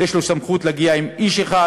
אלא יש לו סמכות להגיע עם איש אחד